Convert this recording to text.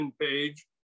page